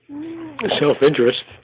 self-interest